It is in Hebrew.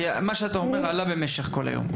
כי מה שאתה אומר עלה במשך כל היום.